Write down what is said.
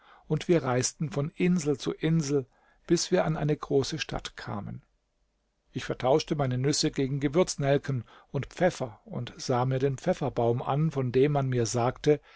und wir reisten von insel zu insel bis wir an eine große stadt kamen ich vertauschte meine nüsse gegen gewürznelken und pfeffer und sah mir den pfefferbaum an von dem man mir sagte